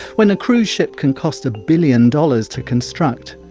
when a cruise ship can cost a billion dollars to construct,